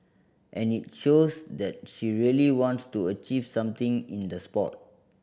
and it shows that she really wants to achieve something in the sport